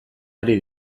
ari